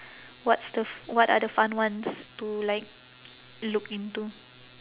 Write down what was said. what's the f~ what are the fun ones to like look into